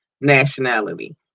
nationality